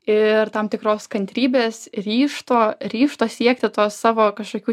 ir tam tikros kantrybės ryžto ryžto siekti to savo kažkokių